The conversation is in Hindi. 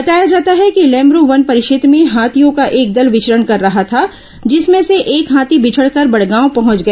बताया जाता है कि लेमरू वन परिक्षेत्र में हाथियों का एक दल विचरण कर रहा था जिसमें से एक हाथी बिछड़कर बड़गांव पहुंच गया